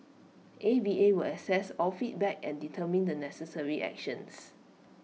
A V A will assess all feedback and determine the necessary actions